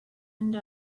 end